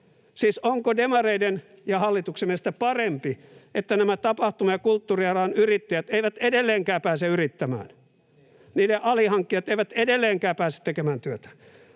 Siis onko demareiden ja hallituksen mielestä parempi, että nämä tapahtuma- ja kulttuurialan yrittäjät eivät edelleenkään pääse yrittämään, että heidän alihankkijansa eivät edelleenkään pääse tekemään työtään?